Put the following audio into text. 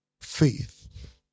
faith